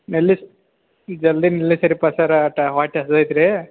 ನಿಲ್ಲಿಸಿ ಜಲ್ದಿ ನಿಲ್ಲಿಸಿರಪ್ಪ ಸರ್ರ ಹಾಟ ಹೊಟ್ಟೆ ಹಸಿದೈತ್ ರೀ